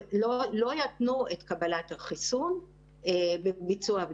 לא יתנו את קבלת החיסון בביצוע הבדיקה.